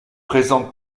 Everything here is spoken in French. présente